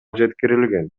жеткирилген